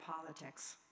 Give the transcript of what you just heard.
politics